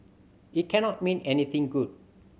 it cannot mean anything good